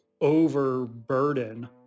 overburden